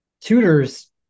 tutors